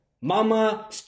Mama